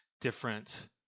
different